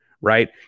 right